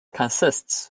consists